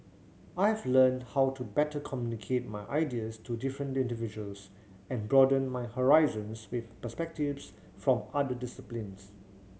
I've learnt how to better communicate my ideas to different individuals and broaden my horizons with perspectives from other disciplines